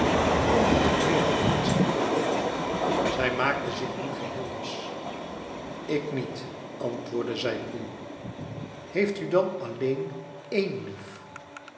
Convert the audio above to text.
omdat ik meer dan vriendschap wil zij maakte zich nu geheel los ik niet antwoordde zij koel heeft u dan alleen één lief